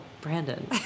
brandon